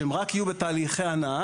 כשהם רק יהיו בתהליכי הנעה,